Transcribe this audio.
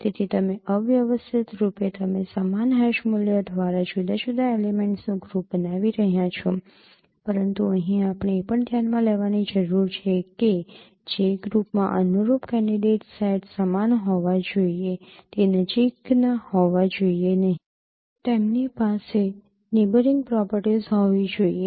તેથી તમે અવ્યવસ્થિત રૂપે તમે સમાન હેશ મૂલ્ય દ્વારા જુદા જુદા એલિમેંટ્સનું ગ્રુપ બનાવી રહ્યાં છો પરંતુ અહીં આપણે એ પણ ધ્યાનમાં લેવાની જરૂર છે કે જે ગ્રુપમાં અનુરૂપ કેન્ડિડેટ સેટ સમાન હોવા જોઈએ તે નજીકના હોવા જોઈએ નહીં તેમની પાસે નેબયરિંગ પ્રોપર્ટીસ હોવી જોઈએ